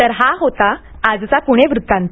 तर हा होता आजचा पुणे वृतांत